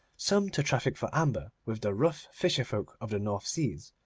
some to traffic for amber with the rough fisher-folk of the north seas,